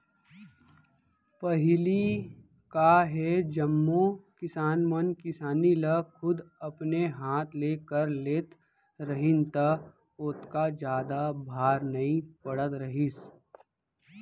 पहिली का हे जम्मो किसान मन किसानी ल खुद अपने हाथ ले कर लेत रहिन त ओतका जादा भार नइ पड़त रहिस